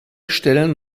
stellen